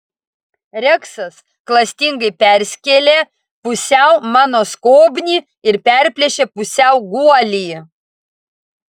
reksas klastingai perskėlė pusiau mano skobnį ir perplėšė pusiau guolį